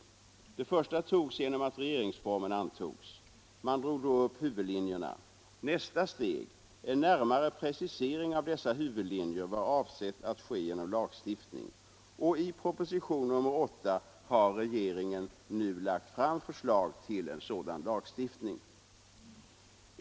Det första togs genom att regeringsformen antogs. Man drog då upp huvudlinjerna. Nästa steg —- en närmare precisering av dessa huvudlinjer — var avsett att ske genom lagstiftning. I proposition nr 8 har regeringen nu lagt fram förslag till en sådan lagstiftning.